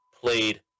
played